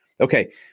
Okay